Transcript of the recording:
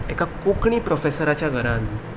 एका कोंकणी प्रोफेसराच्या घरान